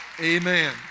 Amen